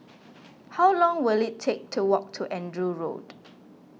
how long will it take to walk to Andrew Road